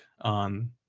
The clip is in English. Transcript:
on